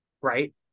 right